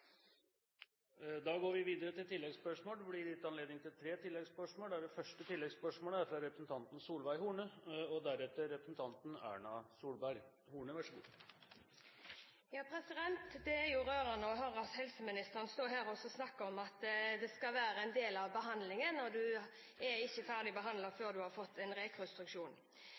Da går vi til oppfølgingsspørsmål. Det blir gitt anledning til tre oppfølgingsspørsmål – først Solveig Horne. Det er rørende å høre helseministeren snakke om at rekonstruksjon skal være en del av behandlingen, at du ikke er ferdig behandlet før du har fått en rekonstruksjon. Ofte ser vi et stort engasjement hos regjeringspartienes stortingsrepresentanter, men ikke i denne saken. Jeg har lyst til å oppfordre alle i denne sal som kanskje har en samboer, eller en